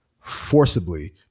forcibly